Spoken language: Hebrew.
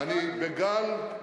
אני בגל,